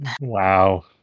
Wow